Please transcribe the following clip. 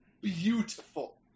beautiful